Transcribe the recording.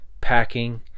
packing